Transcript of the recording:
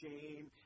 shame